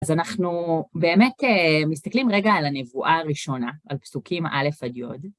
אז אנחנו באמת מסתכלים רגע על הנבואה הראשונה, על פסוקים א' עד י'.